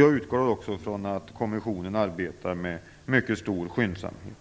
Jag utgår också från att kommissionen arbetar med mycket stor skyndsamhet.